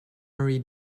marie